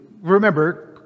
remember